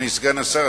אדוני סגן השר,